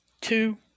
Two